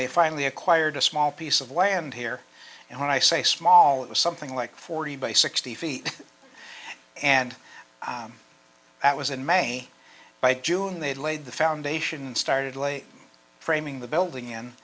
they finally acquired a small piece of land here and when i say small it was something like forty by sixty feet and that was in may by june they had laid the foundation and started late framing the building in